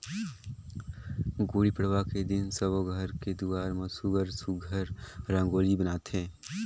गुड़ी पड़वा के दिन सब्बो घर के दुवार म सुग्घर सुघ्घर रंगोली बनाथे